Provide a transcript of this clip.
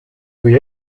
või